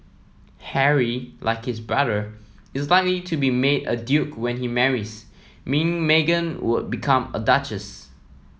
Harry like his brother is likely to be made a duke when he marries meaning Meghan would become a duchess